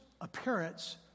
appearance